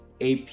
AP